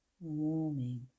warming